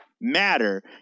matter